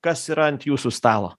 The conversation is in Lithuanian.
kas yra ant jūsų stalo